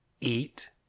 eat